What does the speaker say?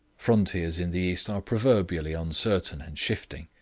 frontiers in the east are proverbially uncertain and shifting,